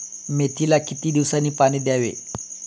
मेथीला किती दिवसांनी पाणी द्यावे?